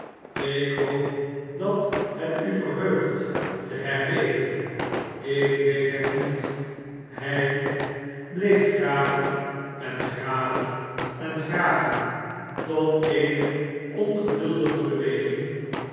ik hoop dat het u verheugt te herleven ik weet het niet hij bleef graven en graven en graven tot eene ongeduldige beweging